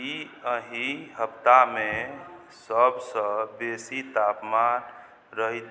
कि एहि हप्तामे सबसँ बेसी तापमान रहतै